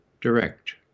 direct